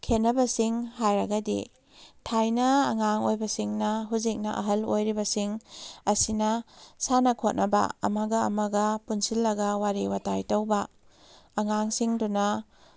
ꯈꯦꯅꯕꯁꯤꯡ ꯍꯥꯏꯔꯒꯗꯤ ꯊꯥꯏꯅ ꯑꯉꯥꯡ ꯑꯣꯏꯕꯁꯤꯡꯅ ꯍꯧꯖꯤꯛꯅ ꯑꯍꯜ ꯑꯣꯏꯔꯤꯕꯁꯤꯡ ꯑꯁꯤꯅ ꯁꯥꯟꯅ ꯈꯣꯠꯅꯕ ꯑꯃꯒ ꯑꯃꯒ ꯄꯨꯟꯁꯤꯜꯂꯒ ꯋꯥꯔꯤ ꯋꯥꯇꯥꯏ ꯇꯧꯕ ꯑꯉꯥꯡꯁꯤꯡꯗꯨꯅ